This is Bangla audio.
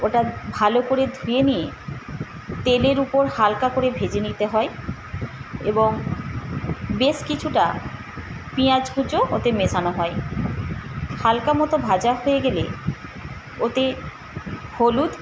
ওটা ভালো করে ধুয়ে নিয়ে তেলের উপর হালকা করে ভেজে নিতে হয় এবং বেশ কিছুটা পেঁয়াজ কুঁচি ওতে মেশানো হয় হালকা মতো ভাজা হয়ে গেলে ওতে হলুদ